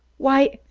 why,